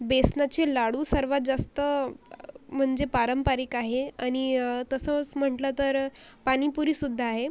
बेसनाचे लाडू सर्वांत जास्त म्हणजे पारंपरिक आहे आणि तसंच म्हटलं तर पाणीपुरीसुद्धा आहे